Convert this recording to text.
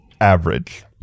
average